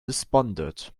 responded